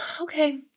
Okay